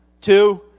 two